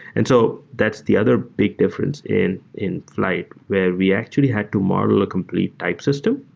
and so that's the other big difference in in flyte where we actually had to model a complete type system